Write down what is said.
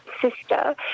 sister